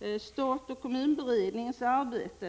Men statoch kommun-beredningens arbete